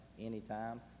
anytime